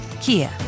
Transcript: Kia